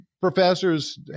professors